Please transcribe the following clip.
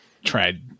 tried